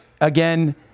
again